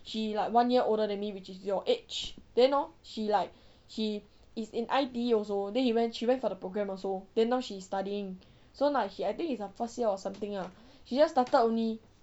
she like one year older than me which is your age then hor she like she is in I_T_E also then she went she went for the program also then now she is studying so like she I think it's her first year or something lah she just started only